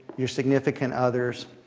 your significant others,